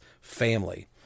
family